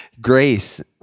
grace